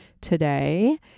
today